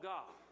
God